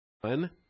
one